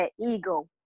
ego